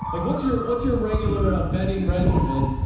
like what's your, what's your regular ah betting regimen?